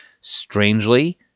Strangely